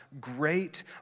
great